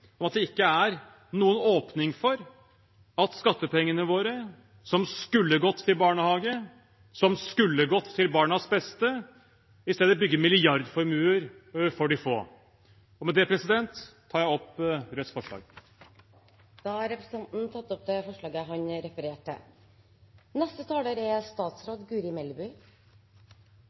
at det ikke er noen åpning for at skattepengene våre, som skulle gått til barnehagene, som skulle gått til barnas beste, i stedet bygger milliardformuer for de få. Med det tar jeg opp Rødts forslag. Representanten Bjørnar Moxnes har tatt opp det forslaget han refererte til.